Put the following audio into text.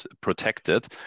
protected